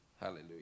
Hallelujah